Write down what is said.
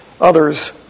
others